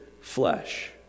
flesh